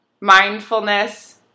Mindfulness